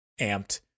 amped